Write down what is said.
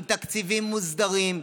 עם תקציבים מוסדרים,